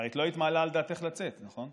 הרי את לא היית מעלה על דעתך לצאת, נכון?